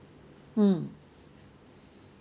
mm